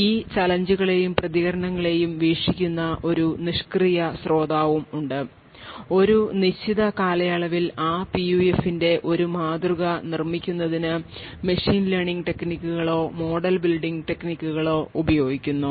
ഈ ചാലഞ്ച് കളെയും പ്രതികരണങ്ങളെയും വീക്ഷിക്കുന്ന ഒരു നിഷ്ക്രിയ ശ്രോതാവും ഉണ്ട് ഒരു നിശ്ചിത കാലയളവിൽ ആ PUF ന്റെ ഒരു മാതൃക നിർമ്മിക്കുന്നതിന് മെഷീൻ ലേണിംഗ് ടെക്നിക്കുകളോ മോഡൽ ബിൽഡിംഗ് ടെക്നിക്കുകളോ ഉപയോഗിക്കുന്നു